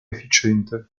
efficiente